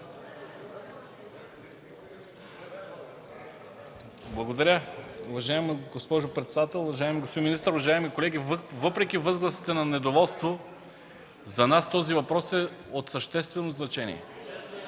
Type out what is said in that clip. Благодаря. Уважаема госпожо председател, уважаеми господин министър, уважаеми колеги! Въпреки възгласите на недоволство за нас този въпрос е от съществено значение.